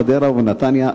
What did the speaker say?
חדרה ונתניה,